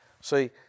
See